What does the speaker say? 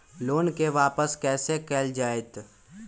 Loan के वापस कैसे कैल जतय?